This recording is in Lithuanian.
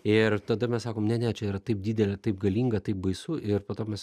ir tada mes sakom ne ne čia yra taip didelė taip galinga taip baisu ir po to mes